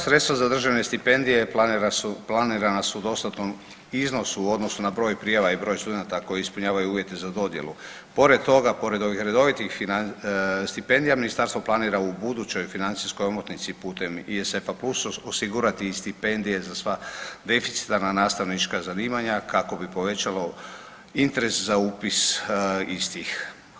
Sredstva za državne stipendije planirana su u dostatnom iznosu u odnosu na broj prijava i broj studenata koji ispunjavaju uvjete za dodjelu, pored toga, pored ovih redovitih stipendija ministarstvo planira u budućoj financijskoj omotnici putem ISF plus osigurati i stipendije za sva deficitarna nastavnička zanimanja kako bi povećalo interes za upis istih.